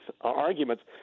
arguments